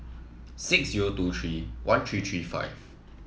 six zero two three one three three five